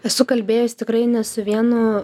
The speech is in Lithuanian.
esu kalbėjus tikrai ne su vienu